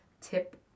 tip